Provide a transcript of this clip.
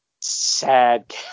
sad